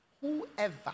Whoever